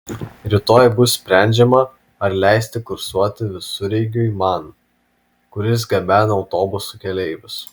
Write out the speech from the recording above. rytoj bus sprendžiama ar leisti kursuoti visureigiui man kuris gabena autobusų keleivius